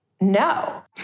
no